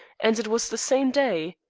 and it was the same day.